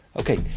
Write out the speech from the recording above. Okay